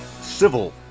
civil